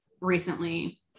recently